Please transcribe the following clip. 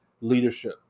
leadership